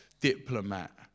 diplomat